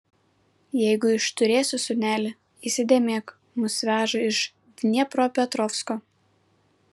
jeigu išturėsi sūneli įsidėmėk mus veža iš dniepropetrovsko